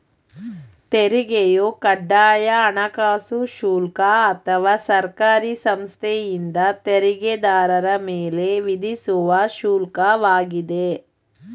ತೆರಿಗೆಯು ಕಡ್ಡಾಯ ಹಣಕಾಸು ಶುಲ್ಕ ಅಥವಾ ಸರ್ಕಾರಿ ಸಂಸ್ಥೆಯಿಂದ ತೆರಿಗೆದಾರರ ಮೇಲೆ ವಿಧಿಸುವ ಶುಲ್ಕ ವಾಗಿದೆ